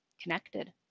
connected